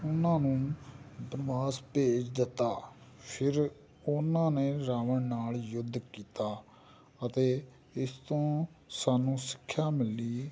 ਉਹਨਾਂ ਨੂੰ ਬਣਵਾਸ ਭੇਜ ਦਿਤਾ ਫਿਰ ਉਹਨਾਂ ਨੇ ਰਾਵਣ ਨਾਲ ਯੁੱਧ ਕੀਤਾ ਅਤੇ ਇਸ ਤੋਂ ਸਾਨੂੰ ਸਿੱਖਿਆ ਮਿਲੀ